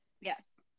Yes